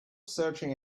searching